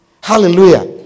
Hallelujah